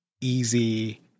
easy